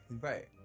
Right